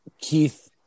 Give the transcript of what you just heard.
Keith